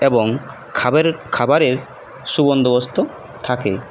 এবং খাবারের সুবন্দোবস্ত থাকে